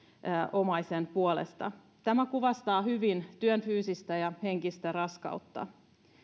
omaisen puolesta tämä kuvastaa hyvin työn fyysistä ja henkistä raskautta